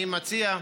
אני מציע,